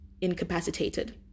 incapacitated